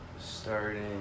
starting